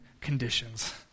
conditions